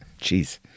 Jeez